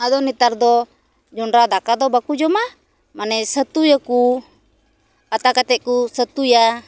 ᱟᱫᱚ ᱱᱮᱛᱟᱨ ᱫᱚ ᱡᱚᱸᱰᱨᱟ ᱫᱟᱠᱟ ᱫᱚ ᱵᱟᱠᱚ ᱡᱚᱢᱟ ᱢᱟᱱᱮ ᱪᱷᱟᱹᱛᱩᱭᱟᱠᱚ ᱟᱛᱟ ᱠᱟᱛᱮᱫ ᱠᱚ ᱪᱷᱟᱹᱛᱩᱭᱟ